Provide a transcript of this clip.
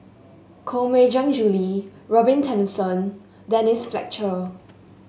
Koh Mui Hiang Julie Robin Tessensohn Denise Fletcher